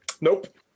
Nope